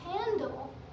handle